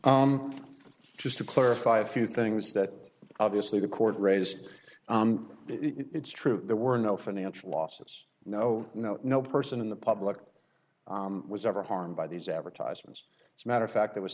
you just to clarify a few things that obviously the court raised it's true there were no financial losses no no no person in the public was ever harmed by these advertisements as a matter of fact